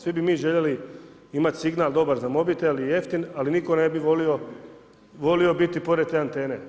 Svi bi mi željeli imati signal dobar za mobitel i jeftin, ali nitko ne bi volio biti pored te antene.